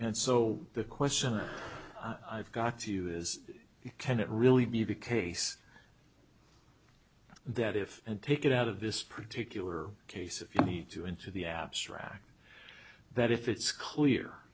and so the question i've got to you is can it really be the case that if and take it out of this particular case if you need to enter the abstract that if it's clear